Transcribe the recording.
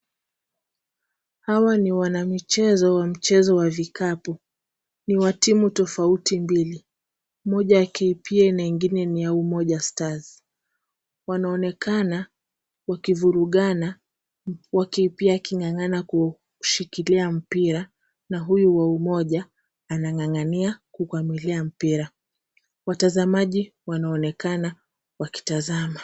Hawa ni wanamichezo wa mchezo wa vikapu. Ni wa timu tofauti mbili. Moja KPA na ingine ni ya Umoja Stars. Wanaonekana wakivurugana wa KPA aking'ang'ana kuushikilia mpira na huyu wa Umoja anang'ang'ania kukwamilia mpira. Watazamaji wanaonekana wakitazama.